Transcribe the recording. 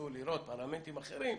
ותיסעו לראות פרלמנטים אחרים,